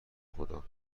خدا